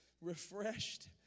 refreshed